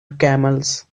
camels